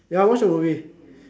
ya I watched the movie